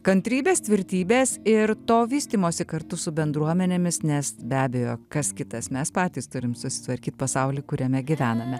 kantrybės tvirtybės ir to vystymosi kartu su bendruomenėmis nes be abejo kas kitas mes patys turim susitvarkyt pasaulį kuriame gyvename